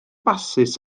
basys